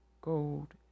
gold